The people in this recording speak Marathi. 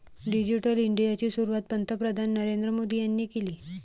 डिजिटल इंडियाची सुरुवात पंतप्रधान नरेंद्र मोदी यांनी केली